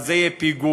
זה יהיה פיגוע.